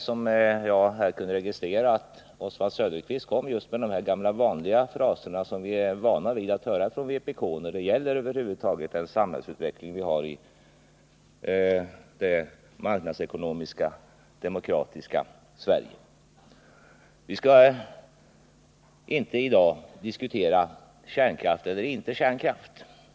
Men jag kunde registrera att det var Oswald Söderqvist som kom med just samma gamla vanliga fraser som vi är vana vid att få höra från vpk när det gäller den samhällsutveckling vi har över huvud taget i det marknadsekonomiska demokratiska Sverige Vi skall i dag inte diskutera frågan om kärnkraft eller inte kärnkraft.